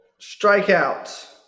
strikeouts